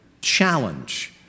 challenge